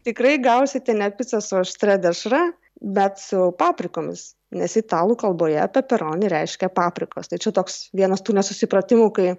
tikrai gausite ne picą su aštria dešra bet su paprikomis nes italų kalboje peperoni reiškia paprikos tačiau toks vienas tų nesusipratimų kai